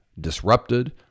disrupted